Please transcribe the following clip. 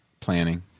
planning